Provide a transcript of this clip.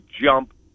jump